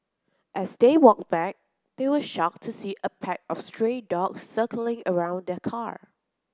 as they walked back they were shocked to see a pack of stray dogs circling around their car